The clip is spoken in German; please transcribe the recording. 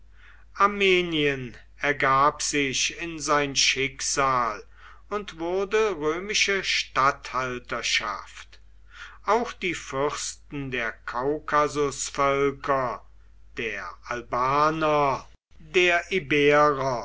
armenien ergab sich in sein schicksal und wurde römische statthalterschaft auch die fürsten der kaukasusvölker der albaner der iberer